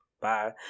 Bye